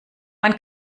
man